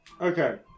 Okay